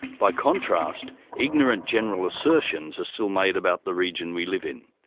by contrast, ignorant general assertions are still made about the region we live in.